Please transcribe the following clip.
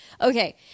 okay